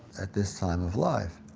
at this time of life,